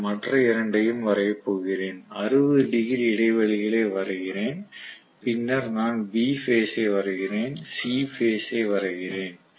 நான் மற்ற இரண்டையும் வரையப் போகிறேன் 60 டிகிரி இடைவெளிகளை வரைகிறேன் பின்னர் நான் B பேஸ் ஐ வரைகிறேன் C பேஸ் ஐ வரைகிறேன்